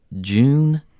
June